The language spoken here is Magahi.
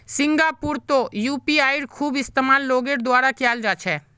सिंगापुरतो यूपीआईयेर खूब इस्तेमाल लोगेर द्वारा कियाल जा छे